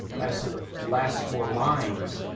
as to the last four lines,